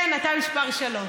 כן, אתה מספר שלוש.